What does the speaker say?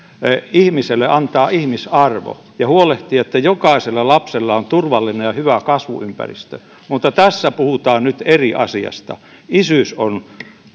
ihmiselle antaa ihmisarvo ja huolehtia että jokaisella lapsella on turvallinen ja hyvä kasvuympäristö mutta tässä puhutaan nyt eri asiasta isyys on